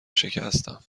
شکستم